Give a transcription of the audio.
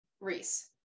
Reese